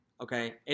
okay